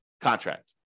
contract